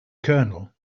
kernel